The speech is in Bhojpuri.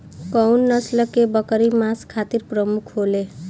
कउन नस्ल के बकरी मांस खातिर प्रमुख होले?